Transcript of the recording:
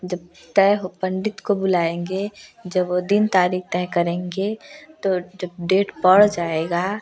जब तय हो पंडित को बुलाएंगे जब वो दिन तारिख तय करेंगे तो जब डेट पड़ जाएगा